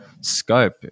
scope